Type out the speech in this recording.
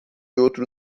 outro